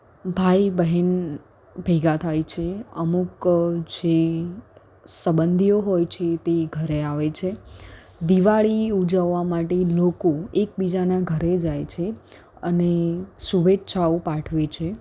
ભાઈ બહેન ભેગાં થાય છે અમુક જે સંબંધીઓ હોય છે તે ઘરે આવે છે દિવાળી ઉજવવા માટે લોકો એકબીજાના ઘરે જાય છે અને શુભેચ્છાઓ પાઠવે છે